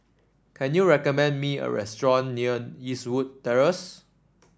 can you recommend me a restaurant near Eastwood Terrace